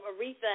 Aretha